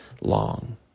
long